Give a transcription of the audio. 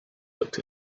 looked